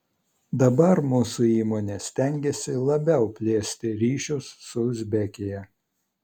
dabar mūsų įmonė stengiasi labiau plėsti ryšius su uzbekija